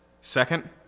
Second